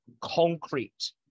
concrete